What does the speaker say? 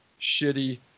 shitty